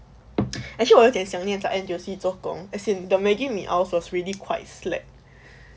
actually 我有点想念在 N_T_U_C 做工 as in the maggie mee aisle was really quite slack